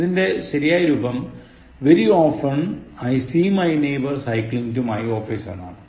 ഇതിൻറെ ശരിയായ രൂപം Very often I see my neighbour cycling to my office എന്നാണ്